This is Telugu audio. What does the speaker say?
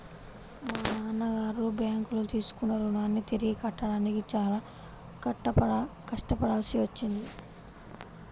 మా నాన్నగారు బ్యేంకులో తీసుకున్న రుణాన్ని తిరిగి కట్టడానికి చాలా కష్టపడాల్సి వచ్చింది